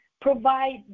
provide